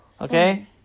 Okay